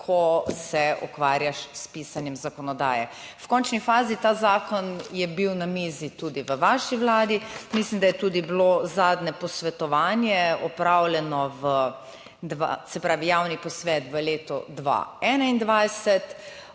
ko se ukvarjaš s pisanjem zakonodaje. V končni fazi, ta zakon je bil na mizi tudi v vaši vladi, mislim, da je bilo tudi zadnje posvetovanje opravljeno, se pravi javni posvet, v letu 2021.